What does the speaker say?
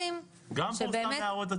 גם פורסם כדי להראות לציבור.